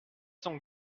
sont